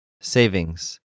Savings